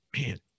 Man